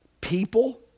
people